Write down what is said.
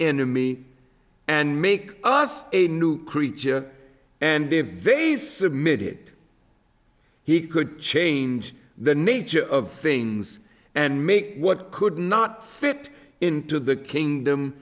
enemy and make us a new creature and be very submitted he could change the nature of things and make what could not fit into the kingdom